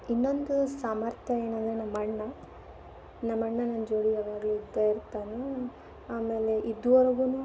ಇನ್ನೊಂದು ಸಾಮರ್ಥ್ಯ ಏನಂದ್ರೆ ನಮ್ಮ ಅಣ್ಣ ನಮ್ಮ ಅಣ್ಣ ನನ್ನ ಜೋಡಿ ಯಾವಾಗಲೂ ಇದ್ದೇ ಇರ್ತಾನೆ ಆಮೇಲೆ ಇದ್ವರ್ಗೂ